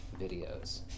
videos